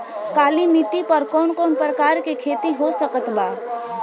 काली मिट्टी पर कौन कौन प्रकार के खेती हो सकत बा?